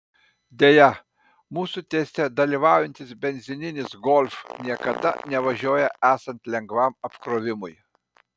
deja mūsų teste dalyvaujantis benzininis golf niekada nevažiuoja esant lengvam apkrovimui